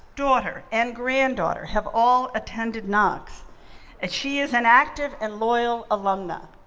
daughter, and granddaughter have all attended knox and she is an active and loyal alumna.